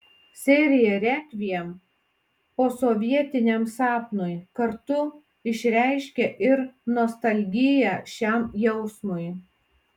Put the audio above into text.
serija rekviem posovietiniam sapnui kartu išreiškia ir nostalgiją šiam jausmui